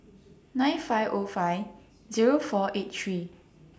nine five O five Zero four eight three